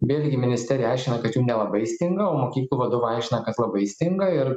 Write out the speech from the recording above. vėlgi ministerija aiškina kad jų nelabai stinga o mokyklų vadovai aiškina kad labai stinga ir